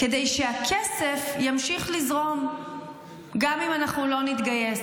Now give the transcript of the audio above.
כדי שהכסף ימשיך לזרום גם אם אנחנו לא נתגייס.